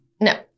No